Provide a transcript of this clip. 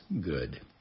good